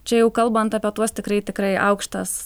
čia jau kalbant apie tuos tikrai tikrai aukštas